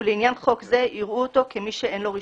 ולעניין חוק זה יראו אותו כמי שאין לו רישיון.